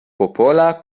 popola